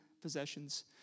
Possessions